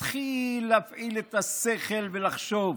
מתחיל להפעיל את השכל ולחשוב,